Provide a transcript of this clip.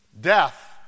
death